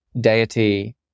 deity